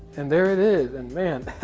and there it is, and man,